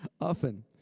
often